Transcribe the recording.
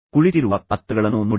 ಕುಳಿತಿರುವ ಪಾತ್ರಗಳನ್ನು ನೋಡಿ